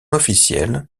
officielles